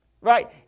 right